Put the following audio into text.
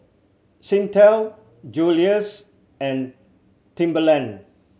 Singtel Julie's and Timberland